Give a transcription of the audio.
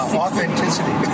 authenticity